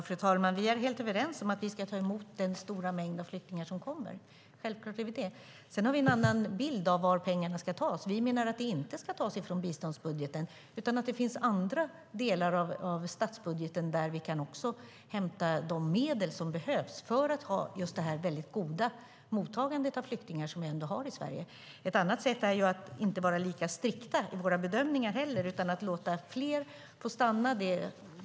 Fru talman! Vi är helt överens om att vi ska ta emot den stora mängd flyktingar som kommer, självklart. Sedan har vi en annan bild av var pengarna ska tas. Vi menar att de inte ska tas från biståndsbudgeten. Det finns andra delar i statsbudgeten där vi kan hämta de medel som behövs för att ha det goda mottagande av flyktingar som vi ändå har i Sverige. Ett annat sätt är att inte vara så strikt i bedömningen utan låta fler få stanna.